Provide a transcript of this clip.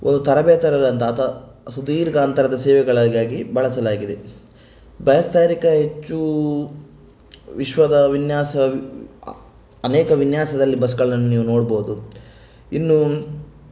ಒಂದು ಅಥವಾ ಸುದೀರ್ಘ ಅಂತರದ ಸೇವೆಗಳಿಗಾಗಿ ಬಳಸಲಾಗಿದೆ ಹೆಚ್ಚು ವಿಶ್ವದ ವಿನ್ಯಾಸ ಅನೇಕ ವಿನ್ಯಾಸದಲ್ಲಿ ಬಸಗಳನ್ನು ನೀವು ನೋಡಬಹುದು ಇನ್ನು